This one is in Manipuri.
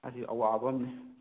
ꯑꯁꯤꯁꯨ ꯑꯋꯥꯕ ꯑꯝꯅꯤ